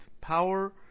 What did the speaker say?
power